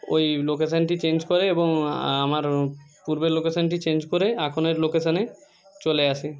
ওই লোকেশানটি চেঞ্জ করে এবং আমার পূর্বের লোকেশানটি চেঞ্জ করে এখনের লোকেশানে চলে আসে